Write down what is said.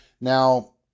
Now